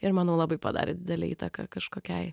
ir manau labai padarė didelę įtaką kažkokiai